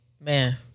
Man